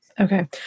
Okay